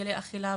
הרגלי אכילה,